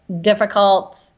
difficult